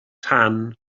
tan